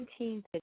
17